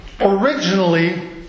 originally